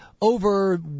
over